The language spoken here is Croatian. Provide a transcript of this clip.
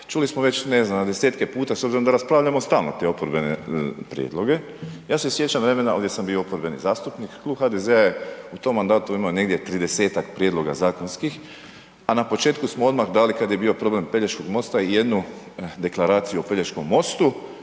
čuli smo već ne znam na desetke puta s obzirom da raspravljamo stalno te oporbene prijedloge, ja se sjećam vremena gdje sam oporbeni zastupnik, klub HDZ-a je u tom mandatu imao negdje 30-ak prijedloga zakonskih a na početku smo odmah dali kad je bio problem Pelješkog mosta i jednu deklaraciju o Pelješkom mostu